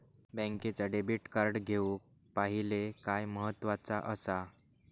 बँकेचा debit card घेउक पाहिले काय महत्वाचा असा?